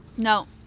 no